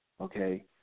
Okay